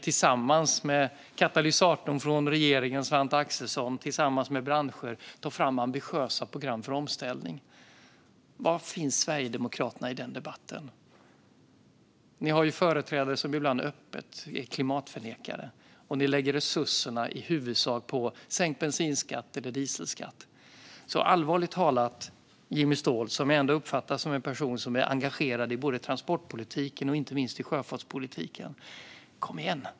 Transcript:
Tillsammans med katalysatorn från regeringen, Svante Axelsson, och branscherna tar vi fram ambitiösa program för omställning. Var finns Sverigedemokraterna i den debatten? Ni har företrädare som ibland öppet är klimatförnekare, och ni lägger i huvudsak resurserna på sänkt bensin eller dieselskatt. Allvarligt talat, Jimmy Ståhl, som jag ändå uppfattar som en person som är engagerad i transportpolitiken och sjöfartspolitiken, kom igen nu!